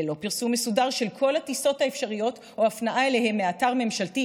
ללא פרסום מסודר של כל הטיסות האפשריות או הפניה אליהן מאתר ממשלתי,